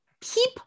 keep